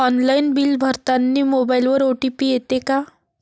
Online bill भरतानी मोबाईलवर OTP येते का?